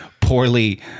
poorly